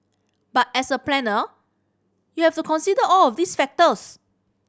but as a planner you have to consider all of these factors